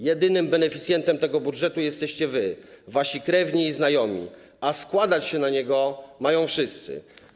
Jedynym beneficjentem tego budżetu jesteście wy, wasi krewni i znajomi, a składać się na niego mają wszyscy.